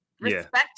respect